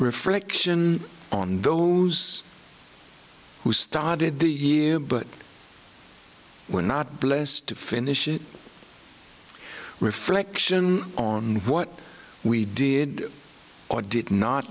reflection on those who started the year but we're not blessed to finish it reflection on what we did or did not